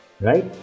right